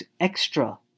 extra